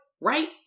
right